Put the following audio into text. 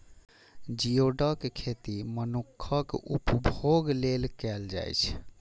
geoduck के खेती मनुक्खक उपभोग लेल कैल जाइ छै